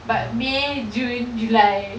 but may june july